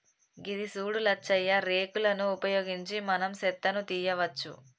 గిది సూడు లచ్చయ్య రేక్ లను ఉపయోగించి మనం సెత్తను తీయవచ్చు